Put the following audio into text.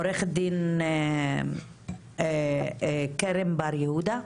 עורכת דין קרן בר יהודה.